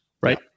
right